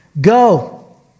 Go